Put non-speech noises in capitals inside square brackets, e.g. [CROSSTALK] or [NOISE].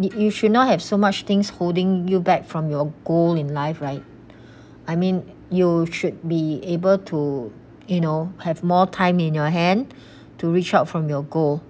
you you should not have so much things holding you back from your goal in life right [BREATH] I mean you should be able to you know have more time in your hand to reach out from your goal